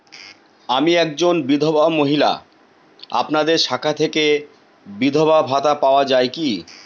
আমি একজন বিধবা মহিলা আপনাদের শাখা থেকে বিধবা ভাতা পাওয়া যায় কি?